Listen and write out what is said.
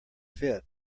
fit